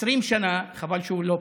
20 שנה, חבל שהוא לא פה,